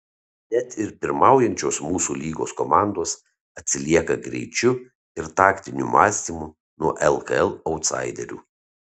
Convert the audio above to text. net ir pirmaujančios mūsų lygos komandos atsilieka greičiu ir taktiniu mąstymu nuo lkl autsaiderių